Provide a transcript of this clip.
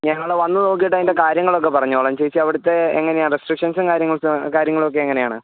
ഞങ്ങൾ വന്ന് നോക്കിയിട്ട് അതിൻ്റെ കാര്യങ്ങളൊക്കെ പറഞ്ഞോളാം ചേച്ചി അവിടുത്തെ എങ്ങനെയാണ് റെസ്ട്രിക്ഷൻസും കാര്യങ്ങൾ ഒക്കെ കാര്യങ്ങളൊക്കെ എങ്ങനെയാണ്